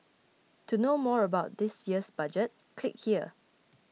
to know more about this year's budget click here